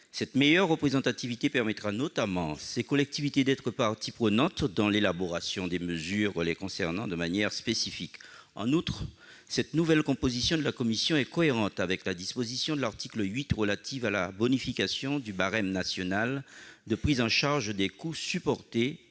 Cette meilleure représentativité permettra notamment à ces collectivités d'être parties prenantes dans l'élaboration des mesures les concernant de manière spécifique. En outre, cette nouvelle composition de la commission est cohérente avec la disposition de l'article 8 relative à la bonification du barème national de prise en charge des coûts supportés